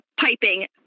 piping